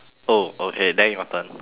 oh okay then your turn